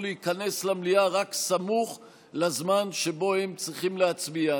להיכנס למליאה רק סמוך לזמן שבו הם צריכים להצביע.